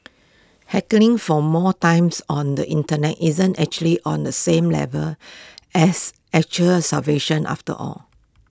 hankering for more times on the Internet isn't actually on the same level as actual starvation after all